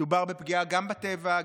מדובר בפגיעה גם בטבע,